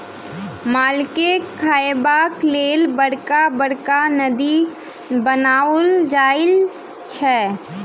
मालके खयबाक लेल बड़का बड़का नादि बनाओल जाइत छै